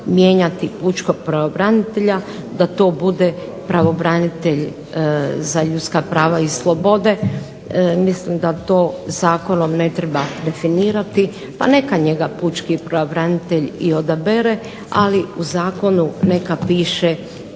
mijenjati pučkog pravobranitelja da to bude pravobranitelj za ljudska prava i slobode. Mislim da to zakonom ne treba definirati pa neka njega pučki pravobranitelj i odabere, ali u zakonu neka piše